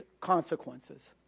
consequences